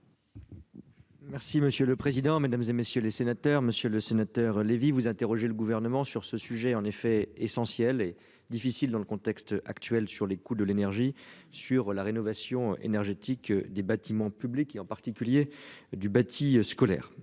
Merci monsieur le président, Mesdames, et messieurs les sénateurs, Monsieur le Sénateur Lévy vous interroger le gouvernement sur ce sujet en effet essentiel est difficile dans le contexte actuel sur les coûts de l'énergie sur la rénovation énergétique des bâtiments publics et en particulier du bâti scolaire